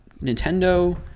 Nintendo